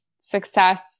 success